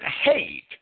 hate